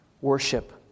worship